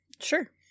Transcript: Sure